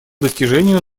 достижению